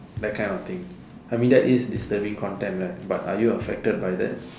that kind of thing I mean it is disturbing content right but are you affected by that